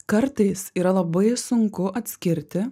kartais yra labai sunku atskirti